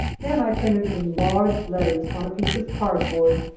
then i printed in large letters, on a piece of cardboard,